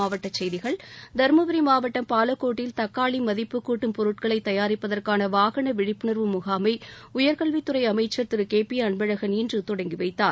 மாவட்டக் செய்திகள் தர்மபுரி மாவட்டம் பாலக்கோட்டில் தக்காளி மதிப்புக்கூட்டும் பொருட்களை தயாரிப்பதற்கான வாகன விழிப்புணர்வு முகாமை உயர்கல்வித் துறை அமைச்சர் திரு கே பி அன்பழகன் இன்று தொடங்கி வைத்தார்